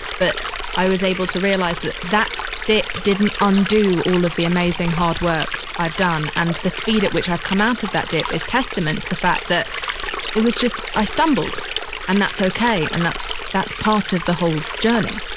but i was able to realize that that dip didn't undo all of the amazing hard work i've done, and the speed at which i've come out of that dip is testament to the fact that it was just i stumbled and that's okay. and that's that's part of the whole journey